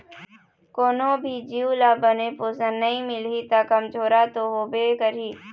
कोनो भी जीव ल बने पोषन नइ मिलही त कमजोरहा तो होबे करही